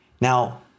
Now